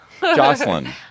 Jocelyn